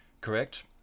Correct